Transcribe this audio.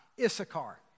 Issachar